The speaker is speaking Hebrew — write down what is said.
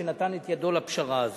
שנתן את ידו לפשרה הזאת.